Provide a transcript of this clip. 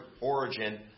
origin